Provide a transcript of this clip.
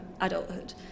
adulthood